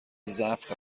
ضعف